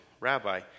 Rabbi